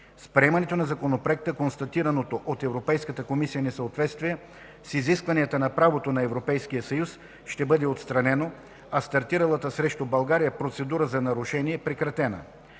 С приемането на Законопроекта констатираното от Европейската комисия несъответствие с изискванията на правото на Европейския съюз ще бъде отстранено, а стартиралата срещу България процедура за нарушение – прекратена.